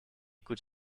could